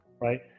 Right